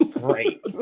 Great